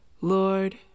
Lord